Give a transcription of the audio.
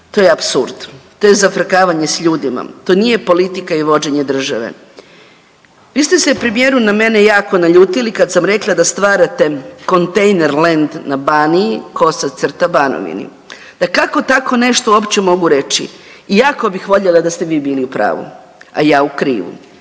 To je apsurd, to je zafrkavanje s ljudima. To nije politika i vođenje države. Vi ste se, premijeru na mene na jako naljutili kad sam rekla da stvarate kontejnerland na Baniji/Banovini, da kako tako nešto uopće mogu reći i jako bih voljela da ste vi bili u pravu, a ja u krivu.